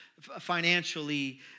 financially